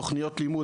תוכניות לימוד,